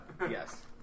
yes